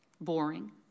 boring